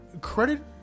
credit